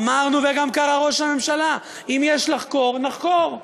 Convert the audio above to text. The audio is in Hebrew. אמרנו, וגם קרא ראש הממשלה, אם יש לחקור, נחקור.